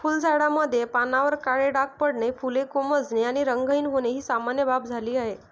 फुलझाडांमध्ये पानांवर काळे डाग पडणे, फुले कोमेजणे आणि रंगहीन होणे ही सामान्य बाब झाली आहे